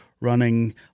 running